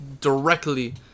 directly